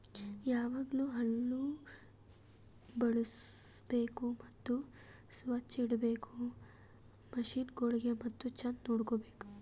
ಯಾವಾಗ್ಲೂ ಹಳ್ಳು ಬಳುಸ್ಬೇಕು ಮತ್ತ ಸೊಚ್ಚ್ ಇಡಬೇಕು ಮಷೀನಗೊಳಿಗ್ ಮತ್ತ ಚಂದ್ ನೋಡ್ಕೋ ಬೇಕು